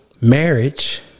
marriage